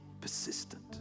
persistent